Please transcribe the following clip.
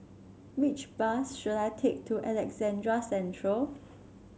which bus should I take to Alexandra Central